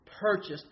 purchased